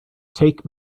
take